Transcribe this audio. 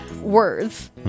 words